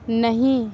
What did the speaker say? نہیں